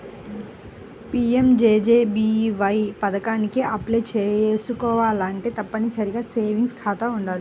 PMJJBY పథకానికి apply చేసుకోవాలంటే తప్పనిసరిగా సేవింగ్స్ ఖాతా వుండాలి